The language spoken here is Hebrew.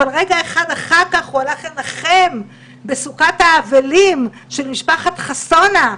אבל רגע אחד אחר כך הוא הלך לנחם בסוכת האבלים של משפחת חסונה,